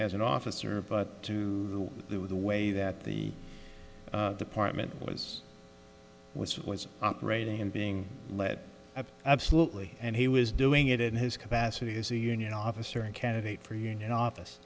as an officer but to do with the way that the department was which was operating and being led up absolutely and he was doing it in his capacity as a union officer and candidate for union office